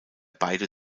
beide